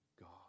God